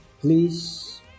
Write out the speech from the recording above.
Please